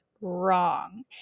wrong